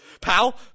Pal